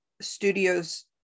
studios